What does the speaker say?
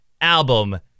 album